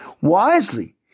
wisely